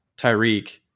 Tyreek